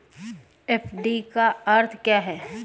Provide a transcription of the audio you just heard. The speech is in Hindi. एफ.डी का अर्थ क्या है?